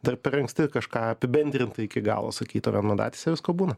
dar per anksti kažką apibendrintai iki galo sakyt o vienmandatėse visko būna